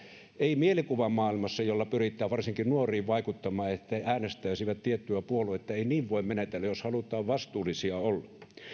ei mielikuvamaailmassa jolla pyritään varsinkin nuoriin vaikuttamaan että he äänestäisivät tiettyä puoluetta ei niin voi menetellä jos halutaan olla vastuullisia